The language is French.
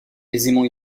aisément